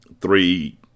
three